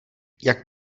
jak